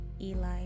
Eli